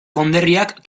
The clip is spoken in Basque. konderriak